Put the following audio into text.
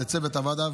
לצוות הוועדה,